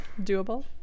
Doable